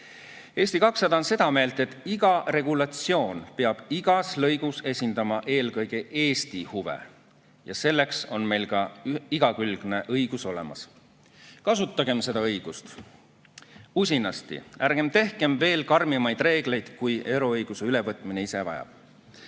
Eesti 200 on seda meelt, et iga regulatsioon peab igas lõigus esindama eelkõige Eesti huve. Ja selleks on meil ka igakülgne õigus olemas. Kasutagem seda õigust usinasti, ärgem tehkem veel karmimaid reegleid, kui euroõiguse ülevõtmine ise vajab. Täna